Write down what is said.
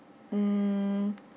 mm